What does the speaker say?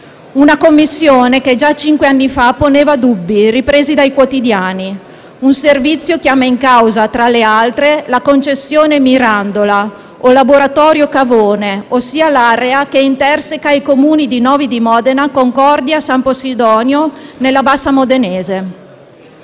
una commissione che già cinque anni fa poneva dubbi ripresi dai quotidiani. Un servizio chiama in causa, tra le altre, la concessione Mirandola, o laboratorio Cavone, ossia l'area che interseca i Comuni di Novi di Modena, Concordia e San Possidonio, nella bassa modenese.